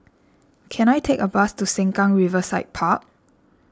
can I take a bus to Sengkang Riverside Park